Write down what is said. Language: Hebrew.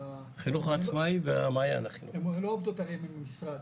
הם לא עובדות הרי ממשרד